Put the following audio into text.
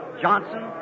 Johnson